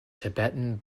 tibetan